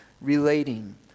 Relating